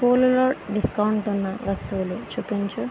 పూలులో discount ఉన్న వస్తువులు చూపించు